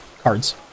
cards